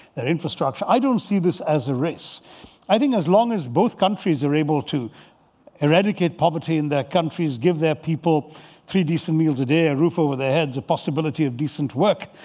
their infrastructure. i don't see this as a race i think as long as both countries are able to eradicate poverty in their countries. give their people three decent meals a day. a roof over their heads. a possibility of decent work.